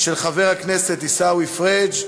של חבר הכנסת עיסאווי פריג'